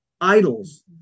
idols